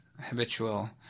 habitual